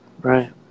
Right